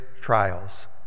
trials